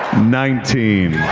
nineteen.